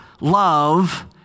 love